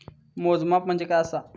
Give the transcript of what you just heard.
मोजमाप म्हणजे काय असा?